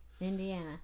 Indiana